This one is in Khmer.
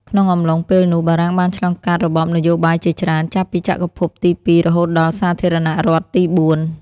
ក្នុងអំឡុងពេលនោះ បារាំងបានឆ្លងកាត់របបនយោបាយជាច្រើន ចាប់ពីចក្រភពទីពីរ រហូតដល់សាធារណរដ្ឋទីបួន។